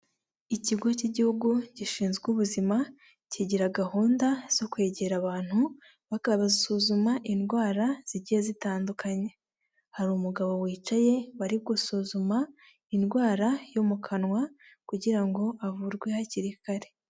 Ikigo k'igihugu gishinzwe ubuzima kigira gahunda zo kwegera abantu bakabasuzuma indwara zigiye zitandukanye. Hari umugabo wicaye bari gusuzuma indwara yo mu kanwa kugira ngo avurwe hakiri kare.